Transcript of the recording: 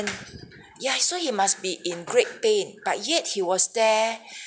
ya so he must be in great pain but yet he was there